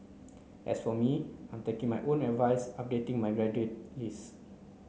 as for me I am taking my own advice updating my gratitude list